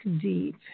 deep